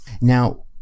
Now